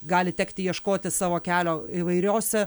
gali tekti ieškoti savo kelio įvairiose